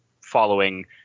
following